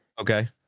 Okay